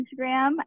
Instagram